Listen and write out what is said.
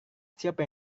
siapa